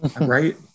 right